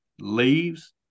leaves